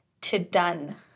to-done